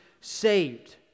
saved